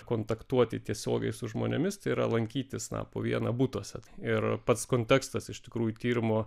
kontaktuoti tiesiogiai su žmonėmis tai yra lankytis na po vieną butuose ir pats kontekstas iš tikrųjų tyrimo